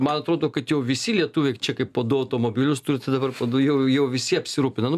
man atrodo kad jau visi lietuviai čia kai po du automobilius turi tai dabar po du jau jau visi apsirūpina nu